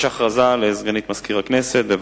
יש הכרזה לסגנית מזכיר הכנסת, בבקשה.